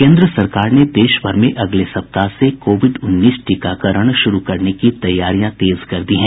केन्द्र सरकार ने देशभर में अगले सप्ताह से कोविड उन्नीस टीकाकरण शुरू करने की तैयारियां तेज कर दी है